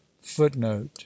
footnote